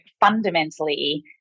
fundamentally